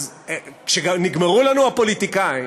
וכשנגמרו לנו הפוליטיקאים,